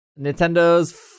Nintendo's